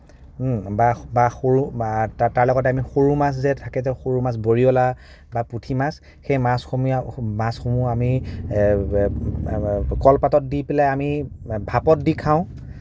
বা বা সৰু বা তাৰ লগত আমি সৰু মাছ যে থাকে যে সৰু মাছ বৰিয়লা বা পুঠি মাছ সেই মাছসমূহ আমি কলপাতত দি পেলাই আমি ভাপত দি খাওঁ